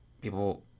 people